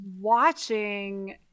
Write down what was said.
watching